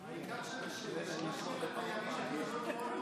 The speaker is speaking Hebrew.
העיקר, שיוכלו,